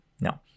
No